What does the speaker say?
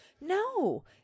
no